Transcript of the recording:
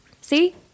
See